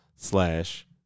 Slash